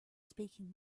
speaking